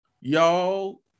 Y'all